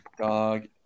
Dog